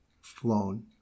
flown